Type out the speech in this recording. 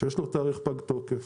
שיש להם תאריך פג תוקף.